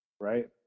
right